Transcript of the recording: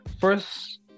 First